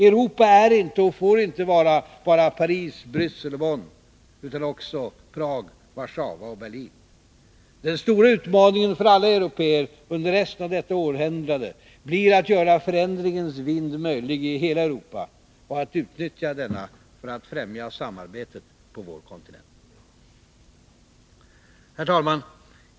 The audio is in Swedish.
Europa är inte, får inte vara, bara Paris, Bryssel och Bonn utan också Prag, Warszawa och Berlin. Den stora utmaningen för alla européer under resten av detta århundrade blir att göra förändringens vind möjlig i hela Europa och att utnyttja denna för att främja samarbetet på vår kontinent. Herr talman!